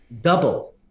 double